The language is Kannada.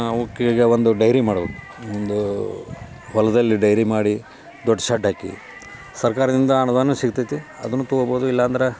ಅವಕ್ಕೆ ಈಗ ಒಂದು ಡೈರಿ ಮಾಡ್ಬೇಕ್ ಒಂದು ಹೊಲದಲ್ಲಿ ಡೈರಿ ಮಾಡಿ ದೊಡ್ಡ ಸೆಡ್ ಹಾಕಿ ಸರ್ಕಾರದಿಂದ ಅನುದಾನ ಸಿಗ್ತೇತಿ ಅದನ್ನೂ ತೊಗೋಬೋದು ಇಲ್ಲ ಅಂದ್ರೆ